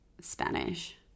Spanish